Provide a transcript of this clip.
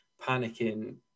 panicking